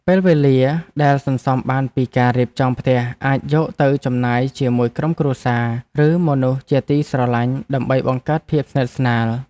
ពេលវេលាដែលសន្សំបានពីការរៀបចំផ្ទះអាចយកទៅចំណាយជាមួយក្រុមគ្រួសារឬមនុស្សជាទីស្រឡាញ់ដើម្បីបង្កើតភាពស្និទ្ធស្នាល។